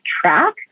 track